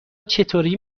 چطوری